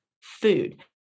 food